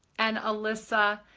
and alyssa.